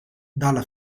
dalla